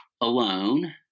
alone